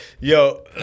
Yo